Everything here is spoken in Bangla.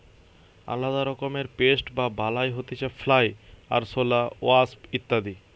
আলদা রকমের পেস্ট বা বালাই হতিছে ফ্লাই, আরশোলা, ওয়াস্প ইত্যাদি